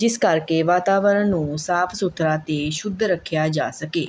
ਜਿਸ ਕਰਕੇ ਵਾਤਾਵਰਣ ਨੂੰ ਸਾਫ਼ ਸੁਥਰਾ ਅਤੇ ਸ਼ੁੱਧ ਰੱਖਿਆ ਜਾ ਸਕੇ